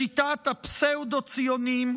לשיטת הפסאודו-ציונים,